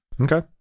Okay